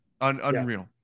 unreal